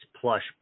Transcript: plush